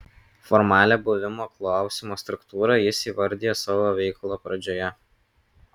formalią buvimo klausimo struktūrą jis įvardija savo veikalo pradžioje